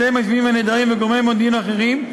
המתאם לענייני השבויים והנעדרים וגורמי מודיעין אחרים,